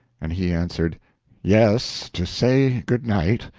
and he answered yes, to say good night,